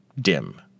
dim